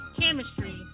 chemistry